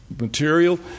material